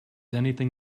anything